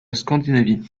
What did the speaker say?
scandinavie